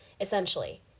essentially